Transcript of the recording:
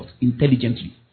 intelligently